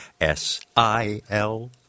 S-I-L